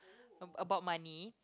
a~ about money